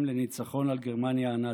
לניצחון על גרמניה הנאצית.